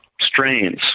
strains